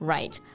Right